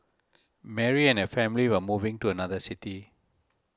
Mary and family were moving to another city